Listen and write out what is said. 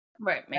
right